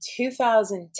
2010